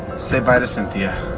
say bye to cynthia